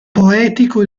poetico